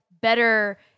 better